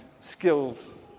skills